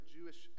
Jewish